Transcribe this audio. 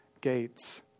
gates